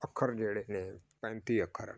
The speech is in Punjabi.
ਅੱਖਰ ਜਿਹੜੇ ਨੇ ਪੈਂਤੀ ਅੱਖਰ ਹੈ